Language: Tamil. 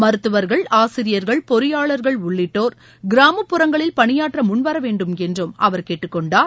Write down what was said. மருத்துவர்கள் ஆசிரியர்கள் பொறியாளர்கள் உள்ளிட்டோர் கிராமப்புறங்களில் பணியாற்ற முன்வர வேண்டும் எ்னறு அவர் கேட்டுக்கொண்டார்